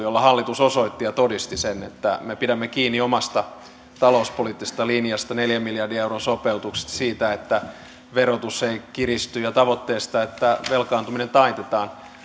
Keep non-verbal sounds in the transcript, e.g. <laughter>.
<unintelligible> jolla hallitus osoitti ja todisti sen että me pidämme kiinni omasta talouspoliittisesta linjasta neljän miljardin euron sopeutuksista siitä että verotus ei kiristy ja tavoitteesta että velkaantuminen taitetaan